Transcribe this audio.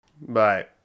Bye